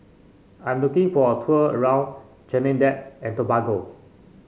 I'm looking for a tour around Trinidad and Tobago